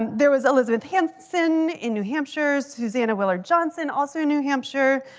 there was elizabeth hanson in new hampshire. susanna willard johnson, also new hampshire.